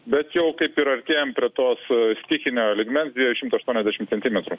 bet jau kaip ir artėjam prie tos stichinio lygmens dviejų šimtų aštuoniasdešim centimetrų